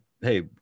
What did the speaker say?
hey